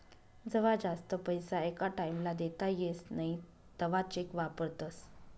जवा जास्त पैसा एका टाईम ला देता येस नई तवा चेक वापरतस